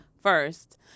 first